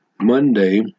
Monday